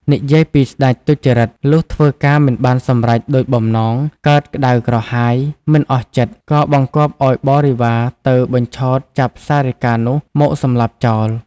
និយាយពីស្ដេចទុច្ចរិត លុះធ្វើការមិនបានសម្រេចដូចបំណង កើតក្ដៅក្រហាយ មិនអស់ចិត្ត ក៏បង្គាប់ឲ្យបរិវាទៅបញ្ឆោតចាប់សារិកានោះមកសម្លាប់ចោល ។